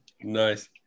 Nice